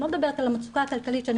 אני לא מדברת על המצוקה הכלכלית שאני